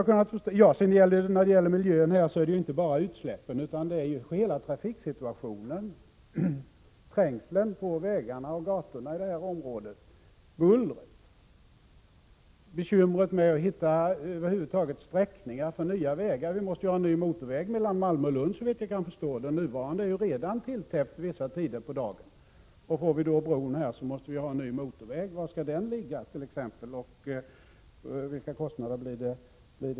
Problemen i miljön gäller inte bara utsläppen utan hela trafiksituationen, trängseln på vägar och gator i detta område, bullret, bekymret med att över huvud taget hitta sträckningar för nya vägar. Vi måste såvitt jag kan förstå bygga en ny motorväg mellan Malmö och Lund. Den nuvarande är redan tilltäppt vissa tider på dagen. Får vi en bro måste vi också bygga en ny motorväg. Var skall den ligga och vilka kostnader blir det?